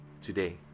today